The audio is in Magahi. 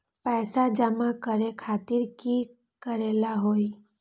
पैसा जमा करे खातीर की करेला होई?